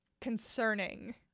concerning